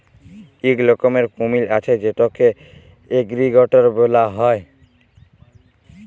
ইক রকমের কুমির আছে যেটকে এলিগ্যাটর ব্যলা হ্যয়